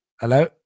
Hello